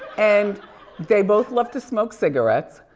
and they both love to smoke cigarettes.